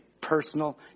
personal